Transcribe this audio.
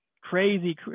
crazy